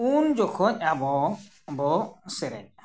ᱩᱱ ᱡᱚᱠᱷᱚᱡ ᱟᱵᱚ ᱵᱚᱱ ᱥᱮᱨᱮᱧᱟ